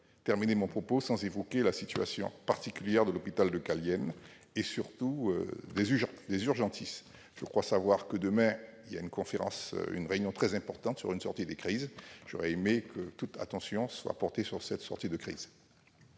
terminer mon propos sans évoquer la situation particulière de l'hôpital de Cayenne et, surtout, de ses urgentistes. Je crois savoir que se tiendra demain une réunion très importante sur une sortie de crise. J'apprécierais que toute votre attention soit portée sur cette sortie de crise.